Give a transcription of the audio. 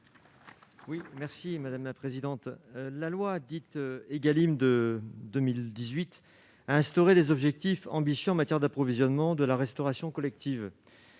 Oui merci madame la présidente, la loi dite Egalim de 2018 à instaurer des objectifs ambitieux en matière d'approvisionnement de la restauration collective,